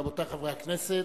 רבותי חברי הכנסת.